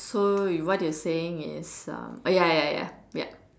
so you what you're saying is ya ya ya yup